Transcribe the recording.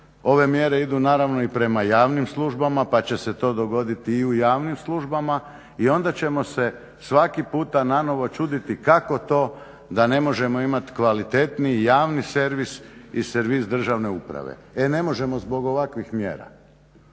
Ove mjere idu naravno i prema javnim službama pa će se to dogoditi i u javnim službama i onda ćemo se svaki puta nanovo čuditi kako to da ne možemo imati kvalitetniji, javni servis i servis državne uprave. E ne možemo zbog ovakvih mjera.